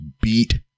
beat